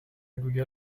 گوگل